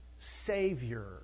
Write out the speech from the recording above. Savior